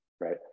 Right